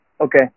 Okay